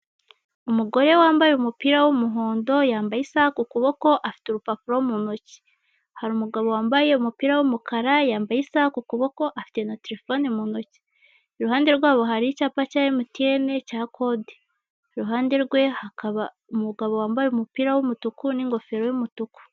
Umugore wambaye umupira w'umuhondo yambaye isaha ku kuboko afite urupapuro mu ntoki. Hari umugabo wambaye umupira w'umukara, yambaye isaha ku kuboko afite na telefone mu ntoki. Iruhande rwabo hari icyapa cya emutiyeni cya kode. Iruhande rwe hakaba umugabo wambaye umupira w'umutuku n'ingofero y'umutuku.